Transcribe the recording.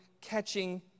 catching